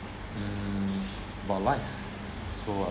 mm but like so I